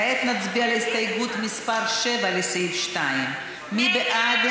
כעת נצביע על הסתייגות מס' 7, לסעיף 2. מי בעד?